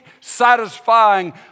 satisfying